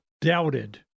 doubted